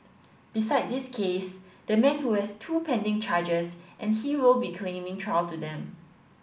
besides this case the man who has two pending charges and he will be claiming trial to them